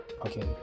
Okay